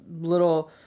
little